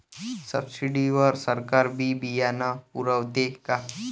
Subsidy वर सरकार बी बियानं पुरवते का?